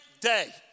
day